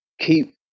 keep